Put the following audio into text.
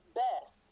best